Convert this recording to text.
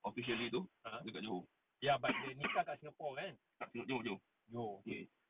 officially tu dekat johor tak johor johor mm mm